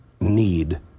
need